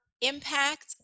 impact